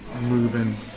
moving